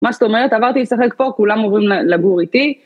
מה שאת אומרת, עברתי לשחק פה, כולם עוברים לגור איתי.